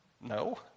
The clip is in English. No